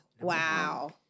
wow